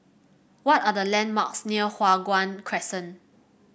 what are the landmarks near Hua Guan Crescent